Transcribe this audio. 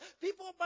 people